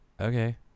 Okay